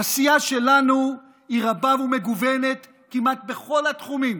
העשייה שלנו היא רבה ומגוונת כמעט בכל התחומים: